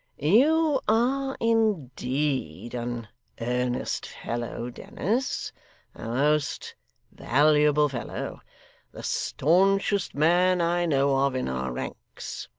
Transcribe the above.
you are indeed an earnest fellow, dennis most valuable fellow the staunchest man i know of in our ranks.